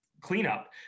cleanup